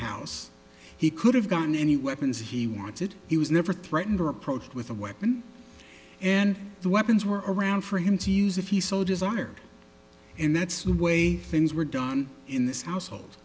house he could have gotten any weapons he wanted he was never threatened or approached with a weapon and the weapons were around for him to use if he so desired and that's one way things were done in this household